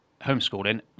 homeschooling